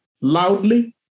loudly